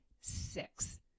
six